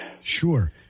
Sure